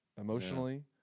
emotionally